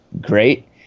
great